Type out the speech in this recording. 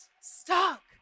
stuck